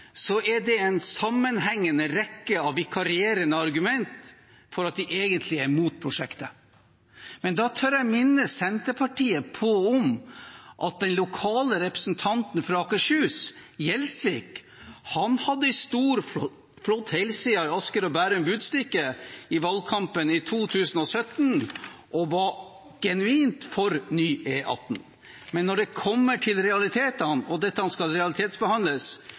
de egentlig er mot prosjektet. Men da tør jeg minne Senterpartiet på at den lokale representanten fra Akershus, Gjelsvik, hadde en stor og flott helside i Asker og Bærum Budstikke i valgkampen i 2017 og var genuint for ny E18. Men når det kommer til realitetene, og dette skal realitetsbehandles,